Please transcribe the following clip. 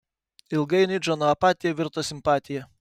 ilgainiui džono apatija virto simpatija